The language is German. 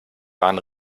bahn